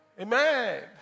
Amen